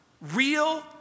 real